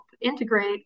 integrate